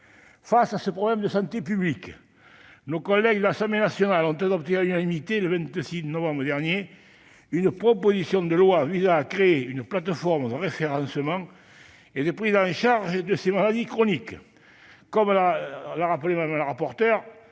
Face à ce problème de santé publique, nos collègues députés ont adopté à l'unanimité, le 26 novembre dernier, une proposition de loi visant à créer une plateforme de référencement et de prise en charge de ces malades chroniques. Comme l'a rappelé Mme le rapporteur,